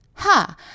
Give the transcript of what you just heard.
Ha